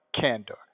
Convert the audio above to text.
candor